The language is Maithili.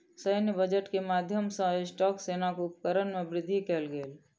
सैन्य बजट के माध्यम सॅ राष्ट्रक सेनाक उपकरण में वृद्धि कयल गेल